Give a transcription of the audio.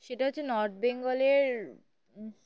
সেটা হচ্ছে নর্থ বেঙ্গলের